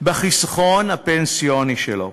בחיסכון הפנסיוני שלו.